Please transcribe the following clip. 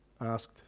asked